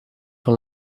van